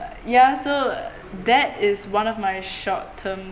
ya so that is one of my short term